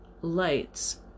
lights